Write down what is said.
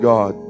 God